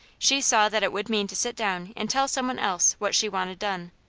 she saw that it would mean to sit down and tell someone else what she wanted done.